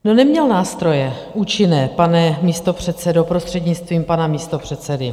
No, neměl nástroje účinné, pane místopředsedo, prostřednictvím pana místopředsedy.